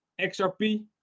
XRP